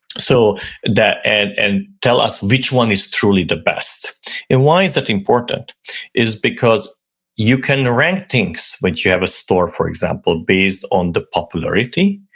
so and and tell us which one is truly the best and why is that important is because you can rank things when you have a store for example, based on the popularity,